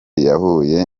yahuye